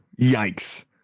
yikes